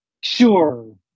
sure